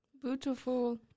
beautiful